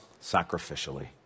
sacrificially